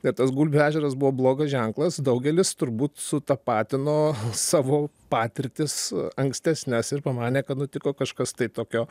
bet tas gulbių ežeras buvo blogas ženklas daugelis turbūt sutapatino savo patirtis ankstesnes ir pamanė kad nutiko kažkas tai tokio